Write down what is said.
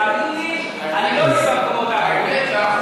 תאמינו לי, אני לא צריך קבלות מאף אחד.